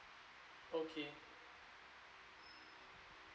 okay